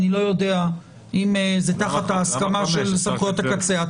אני לא יודע אם זה תחת ההסכמה של סמכויות הקצה.